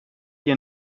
ihr